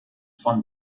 von